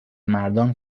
مردان